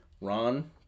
Ron